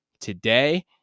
today